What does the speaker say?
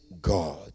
God